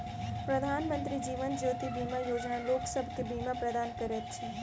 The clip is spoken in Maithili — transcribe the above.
प्रधानमंत्री जीवन ज्योति बीमा योजना लोकसभ के बीमा प्रदान करैत अछि